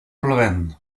plovent